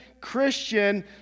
Christian